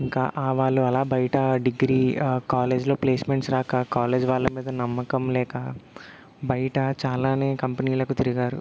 ఇంకా వాళ్ళు అలా బయట డిగ్రీ కాలేజ్లో ప్లేస్మెంట్స్ రాక కాలేజ్ వాళ్ళ మీద నమ్మకం లేక బయట చాలానే కంపెనీలకు తిరిగారు